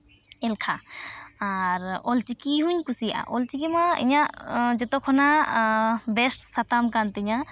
ᱮᱞᱠᱷᱟ ᱟᱨ ᱚᱞᱪᱤᱠᱤ ᱦᱩᱧ ᱠᱩᱥᱤᱭᱟᱜᱼᱟ ᱚᱞᱪᱤᱠᱤᱼᱢᱟ ᱤᱧᱟᱹᱜ ᱡᱚᱛᱚ ᱠᱷᱚᱱᱟᱜ ᱵᱮᱥᱴ ᱥᱟᱛᱟᱢ ᱠᱟᱱ ᱛᱤᱧᱟᱹ